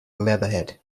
leatherhead